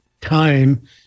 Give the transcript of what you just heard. time